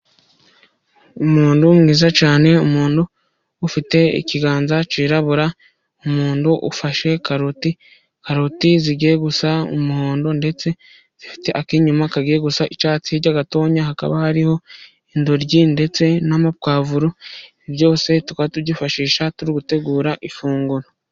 Umuntu mwiza cyane umuntu ufite ikiganza cyirabura umuntu ufashe karoti, karoti zigiye gusa umuhondo ndetse zifite akinyuma kagiye gusa icyatsi. Hirya gatoya hakaba hariho intoryi ndetse n'amapavuro byose tukaba tubyifashisha turi gutegura ifunguro.